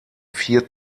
vier